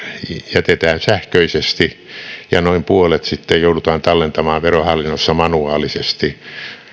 jätetään sähköisesti ja noin puolet sitten joudutaan tallentamaan verohallinnossa manuaalisesti